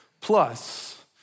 plus